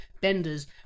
benders